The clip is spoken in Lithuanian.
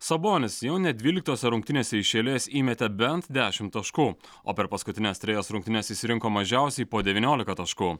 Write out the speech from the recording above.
sabonis jau net dvyliktose rungtynėse iš eilės įmetė bent dešim taškų o per paskutines trejas rungtynes jis rinko mažiausiai po devyniolika taškų